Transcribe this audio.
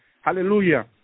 hallelujah